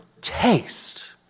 taste